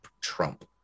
Trump